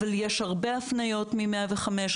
יש הרבה הפניות מ-105.